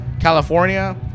California